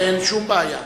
אין שום בעיה.